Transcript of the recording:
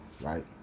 Right